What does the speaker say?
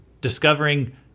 discovering